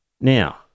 Now